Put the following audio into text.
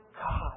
God